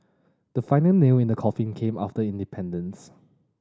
the final nail in the coffin came after independence